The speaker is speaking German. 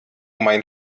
mein